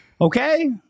okay